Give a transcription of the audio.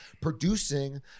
producing